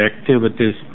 activities